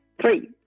Three